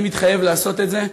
אני מתחייב לעשות את זה.